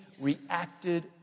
reacted